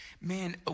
man